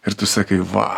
ir tu sakai va